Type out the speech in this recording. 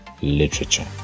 literature